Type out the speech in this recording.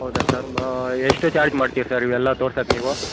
ಹೌದ ಸರ್ ಮಾ ಎಷ್ಟು ಚಾರ್ಜ್ ಮಾಡ್ತಿರಿ ಸರ್ ಇವೆಲ್ಲ ತೋರ್ಸೋಕ್ ನೀವು